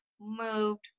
moved